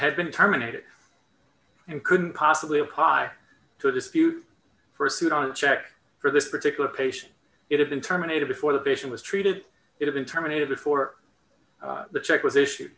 had been terminated and couldn't possibly apply to a dispute for a suit on a check for this particular patient it had been terminated before the vision was treated it had been terminated before the check was issue